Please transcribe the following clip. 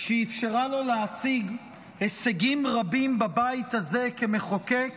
שאפשרה לו להשיג הישגים רבים בבית הזה כמחוקק